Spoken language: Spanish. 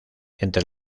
entre